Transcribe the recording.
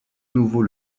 nouveau